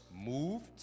moved